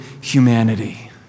humanity